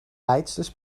leidsters